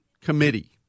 committee